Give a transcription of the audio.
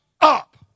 up